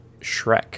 Shrek